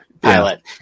pilot